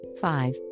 five